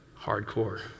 Hardcore